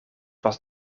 was